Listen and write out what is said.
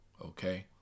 okay